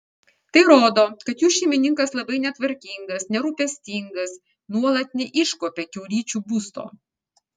tai rodo kad jų šeimininkas labai netvarkingas nerūpestingas nuolat neiškuopia kiaulyčių būsto